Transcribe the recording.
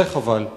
זה חבל וזה חמור.